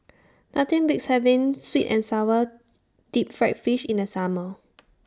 Nothing Beats having Sweet and Sour Deep Fried Fish in The Summer